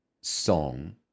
song